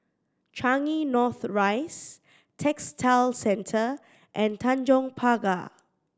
Changi North Rise Textile Centre and Tanjong Pagar